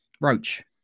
Roach